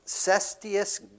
Cestius